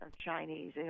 Chinese